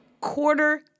Quarter